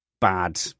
bad